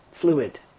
Fluid